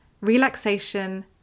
relaxation